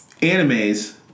Animes